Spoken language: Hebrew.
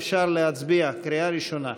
אפשר להצביע, קריאה ראשונה.